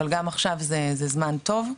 אבל גם עכשיו זה זמן טוב.